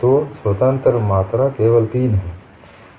तो स्वतंत्र मात्रा केवल तीन हैं